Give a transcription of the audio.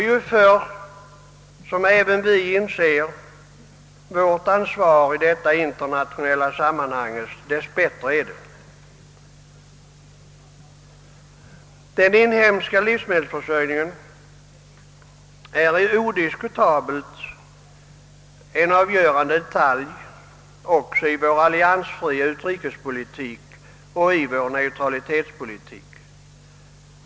Ju förr även vi inser vårt ansvar i detta internationella sammanhang, desto bättre är det. Den inhemska livsmedelsförsörjningen är odiskutabelt en avgörande detalj också i vår alliansfria utrikespolitik och neutralitetspolitik.